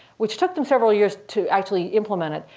which took them several years to actually implement it,